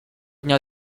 know